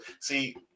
See